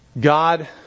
God